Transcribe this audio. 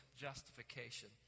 justification